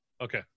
Okay